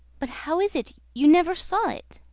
but how is it you never saw it?